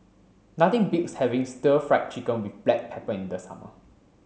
nothing beats having stir fry chicken with black pepper in the summer